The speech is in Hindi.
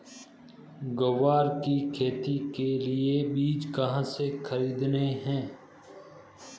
ग्वार की खेती के लिए बीज कहाँ से खरीदने हैं?